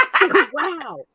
Wow